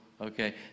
okay